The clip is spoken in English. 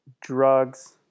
drugs